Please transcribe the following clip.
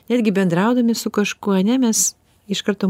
netgi bendraudami su kažkuo ane mes iš karto